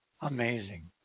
Amazing